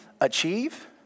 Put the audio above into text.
Achieve